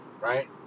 right